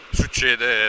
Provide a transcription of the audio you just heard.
succede